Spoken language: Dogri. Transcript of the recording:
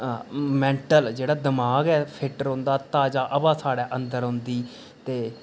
मेंटल जेहड़ा दिमाग ऐ ओह् फिट रौंह्दा ताजा हबा साढ़े अंदर औंदी ते